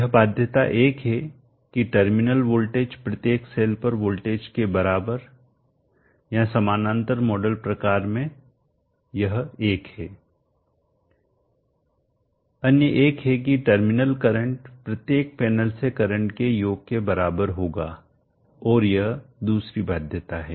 यह बाध्यता 1 है की टर्मिनल वोल्टेज प्रत्येक सेल पर वोल्टेज के बराबर है या समानांतर मॉडल प्रकार में यह 1 है अन्य 1 है कि टर्मिनल करंट प्रत्येक पैनल से करंट के योग के बराबर होगा और यह दूसरी बाध्यता है